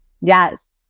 Yes